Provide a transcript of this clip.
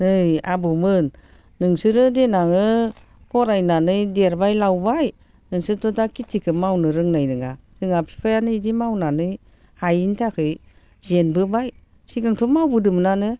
नै आबौमोन नोंसोरो देनां फरायनानै देरबाय लावबाय नोंसोरथ' दा खेथिखौ मावनो रोंनाय नङा जोंहा बिफायानो बिदि मावनानै हायैनि थाखाय जेनबोबाय सिगांथ' मावबोदोंमोनानो